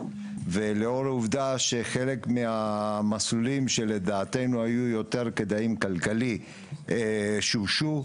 ולאור העובדה שחלק מהמסלולים שלדעתנו היו יותר כדאיים כלכלית שאושרו,